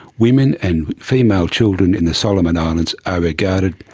women and female children in the solomon islands are regarded,